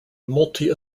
multi